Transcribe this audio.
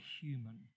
human